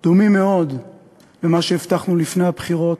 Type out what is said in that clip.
דומים מאוד למה שהבטחנו לפני הבחירות.